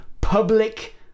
public